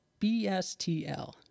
BSTL